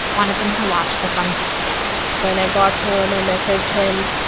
wanted them to watch the sunset together when i got home, i messaged him,